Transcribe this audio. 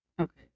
okay